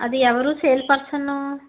అది ఎవరు sale person